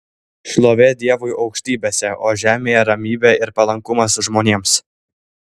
šlovė dievui aukštybėse o žemėje ramybė ir palankumas žmonėms